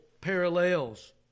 parallels